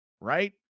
right